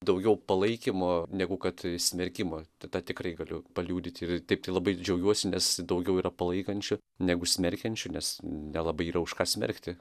daugiau palaikymo negu kad smerkimo tai tą tikrai galiu paliudyti ir taip tai labai džiaugiuosi nes daugiau yra palaikančių negu smerkiančių nes nelabai yra už ką smerkti